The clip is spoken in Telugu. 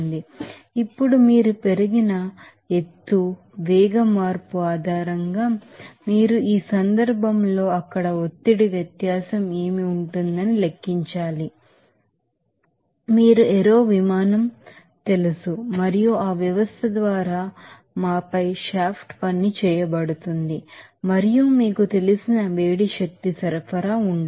ఇప్పుడు మీరు పెరిగిన ఎత్తు వెలాసిటీ చేంజ్ ఆధారంగా మీరు ఈ సందర్భంలో అక్కడ ప్రెషర్ డిఫరెన్స్ ఏమి ఉంటుందని లెక్కించాలి మేము మీరు ఏరో విమానం తెలుసు మరియు ఆ వ్యవస్థ ద్వారా మాపై షాఫ్ట్ వర్క్ చేయబడుతుంది మరియు మీకు తెలిసిన హీట్ ఎనర్జీ సరఫరా ఉండదు